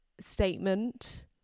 statement